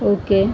okay